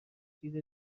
چیز